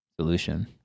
solution